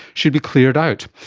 should be cleared out.